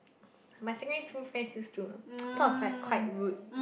my secondary school friends used to sort of like quite rude